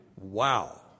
Wow